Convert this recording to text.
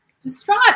distraught